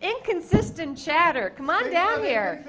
inconsistent chatter come on down there